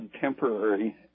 temporary